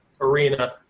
arena